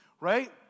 Right